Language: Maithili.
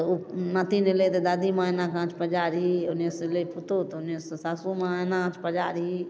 तऽ ओ नातिन अएलै तऽ दादीमाँ एनाकऽ आँच पजारही ओन्नसँ अएलै पुतौह तऽ ओन्नेसँ सासुमाँ एना आँच पजारही